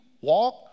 walk